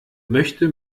möchte